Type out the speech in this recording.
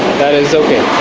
that is okay.